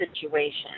situation